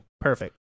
perfect